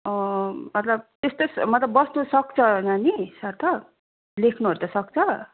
मतलब त्यस्तो मतलब बस्नुसक्छ नानी सार्थक लेख्नुहरू त सक्छ